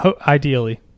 ideally